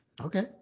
Okay